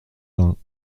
vingts